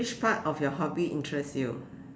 which part of your hobby interests you